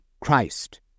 Christ